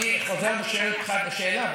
אני חוזר ושואל אותך את השאלה,